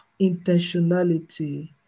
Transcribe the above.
intentionality